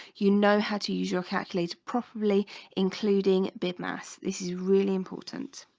you know how to use your calculator possibly including bidmas. this is really important